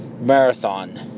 marathon